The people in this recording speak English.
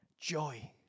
joy